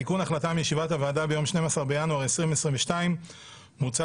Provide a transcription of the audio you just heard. תיקון החלטה מישיבת הוועדה ביום 12 בינואר 2022. מוצע